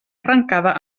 arrancada